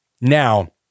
Now